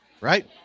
right